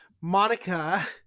monica